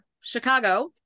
Chicago